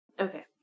Okay